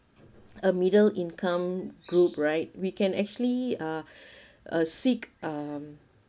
a middle income group right we can actually uh a seek um